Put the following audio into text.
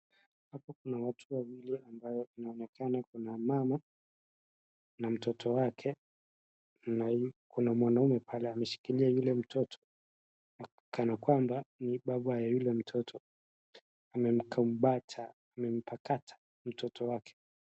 Hapo kuna watu wawili ambao inaonekana kuna mama na mtoto wake na kuna mwanaume pale ameshikilia yule mtoto kana kwamba ni baba ya yule mtoto, amemkumbata, amempakata mtoto wake.